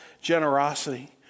generosity